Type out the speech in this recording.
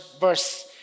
verse